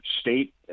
state